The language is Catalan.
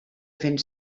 fent